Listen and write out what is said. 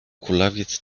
kulawiec